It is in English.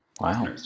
Wow